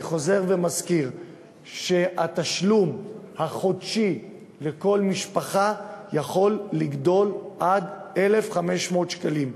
אני חוזר ומזכיר שהתשלום החודשי לכל משפחה יכול לגדול עד 1,500 שקלים,